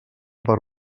per